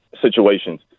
situations